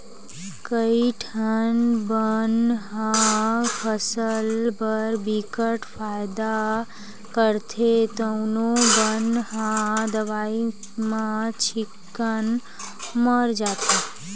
कइठन बन ह फसल बर बिकट फायदा करथे तउनो बन ह दवई म चिक्कन मर जाथे